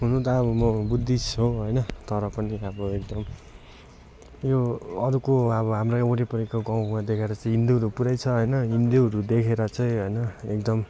हुनु त अब म बुद्धिस्ट हो होइन तर पनि अब एकदम यो अरूको अब हाम्रो वरिपरिको गाउँमा देखेर चाहिँ हिन्दूहरू पुरै छ होइन हिन्दूहरू देखेर चाहिँ होइन एकदम